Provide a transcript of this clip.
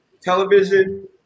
television